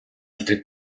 altre